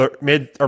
mid